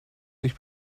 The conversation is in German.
sich